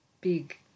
big